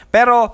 Pero